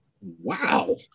wow